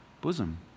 bosom